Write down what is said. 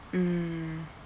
mm